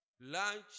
Lunch